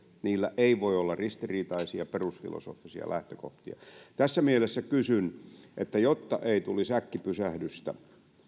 niillä ei voi olla ristiriitaisia perusfilosofisia lähtökohtia tässä mielessä kysyn jotta ei tulisi äkkipysähdystä